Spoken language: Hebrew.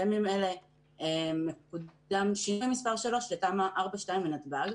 בימים אלה מקודם שינוי מס' 3 לתמ"א 42 לנתב"ג.